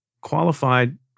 qualified